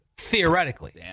theoretically